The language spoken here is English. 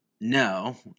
No